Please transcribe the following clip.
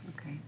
Okay